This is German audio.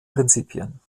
prinzipien